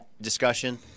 discussion